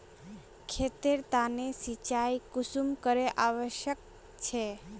खेतेर तने सिंचाई कुंसम करे आवश्यक छै?